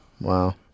wow